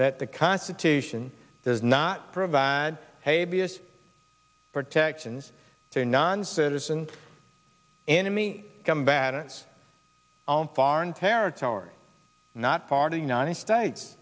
that the constitution does not provide a b s protections for non citizen enemy combatants on foreign territory not part of united states